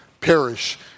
perish